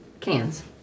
cans